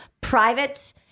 private-